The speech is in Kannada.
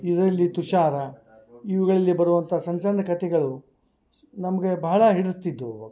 ಇದರಲ್ಲಿ ತುಷಾರ ಇವುಗಳಲ್ಲಿ ಬರುವಂಥ ಸಣ್ಣ ಸಣ್ಣ ಕತೆಗಳು ನಮಗೆ ಭಾಳ ಹಿಡಿಸ್ತಿದ್ವು ಅವಾಗ